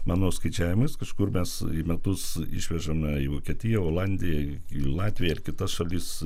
mano skaičiavimais kažkur mes į metus išvežame į vokietiją olandiją į latviją ir kitas šalis